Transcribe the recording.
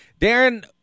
darren